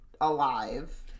alive